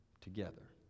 together